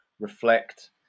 reflect